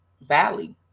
valley